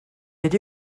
nid